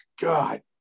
God